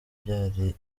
byari